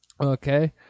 Okay